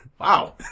Wow